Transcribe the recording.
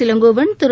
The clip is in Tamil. இளங்கோவன் திரு